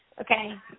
Okay